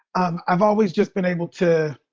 um i've always just been able to